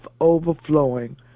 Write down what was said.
overflowing